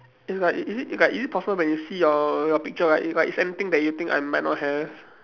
is like is it is it possible when you see your your picture right it got is anything that you think I might not have